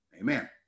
Amen